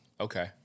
Okay